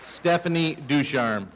stephanie do sherm